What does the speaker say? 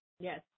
Yes